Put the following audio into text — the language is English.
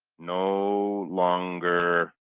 no longer